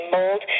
Mold